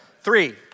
Three